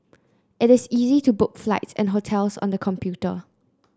it is easy to book flights and hotels on the computer